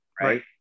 Right